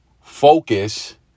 focus